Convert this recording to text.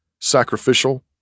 sacrificial